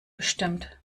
bestimmt